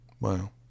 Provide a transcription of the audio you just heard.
Wow